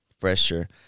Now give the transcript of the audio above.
pressure